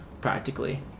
practically